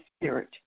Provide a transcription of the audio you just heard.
spirit